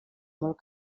molt